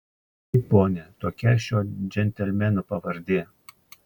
taip pone tokia šio džentelmeno pavardė